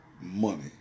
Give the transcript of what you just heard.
money